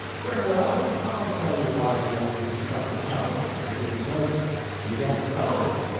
very well, i'll tell you why you don't speak up and tell it is because you don't know.